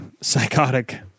psychotic